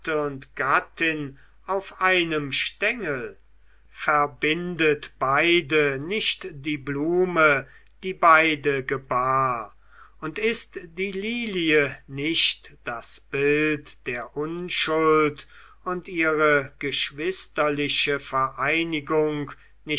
und gattin auf einem stengel verbindet beide nicht die blume die beide gebar und ist die lilie nicht das bild der unschuld und ihre geschwisterliche vereinigung